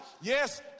Yes